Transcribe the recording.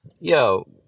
yo